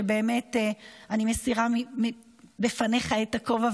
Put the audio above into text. שבאמת אני מסירה בפניך את הכובע,